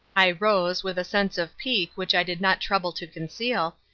i rose, with a sense of pique which i did not trouble to conceal,